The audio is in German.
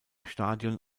stadion